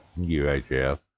UHF